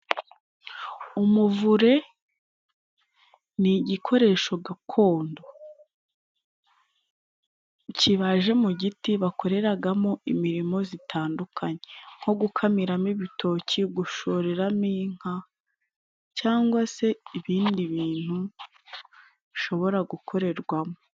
Umuvure ni igikoresho gakondo kibaje mu giti bakoreragamo imirimo zitandukanye, nko gukamiramo ibitoki, gushoreramo inka, cyangwa se ibindi bintu bishobora gukorerwamo.